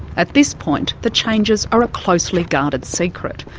at this point, the changes are a closely guarded secret.